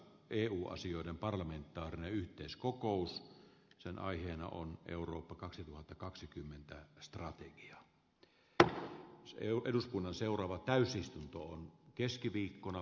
eu asioiden parlamentaarinen yhteiskokous sen aiheena on eurooppa kaksituhattakaksikymmentä ja strategia että eun eduskunnan seuraava ensimmäinen varapuhemies